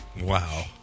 Wow